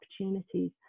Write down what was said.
opportunities